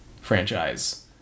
franchise